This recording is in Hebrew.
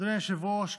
אדוני היושב-ראש,